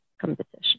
competition